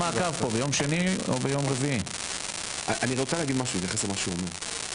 אני רוצה להגיד משהו, להתייחס למה שהוא אומר.